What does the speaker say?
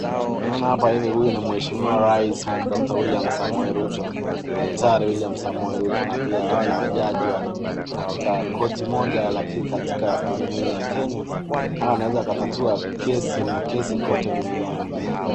Naona hapa hivi huyu ni mheshimiwa rais Dr William Samoei Ruto, daktari William Samoei Ruto. Na pia hawa ni majaji wa katika korti moja katika jumuia ya Kenya, huwa wanaweza wakatatua kesi na kesi kote duniani.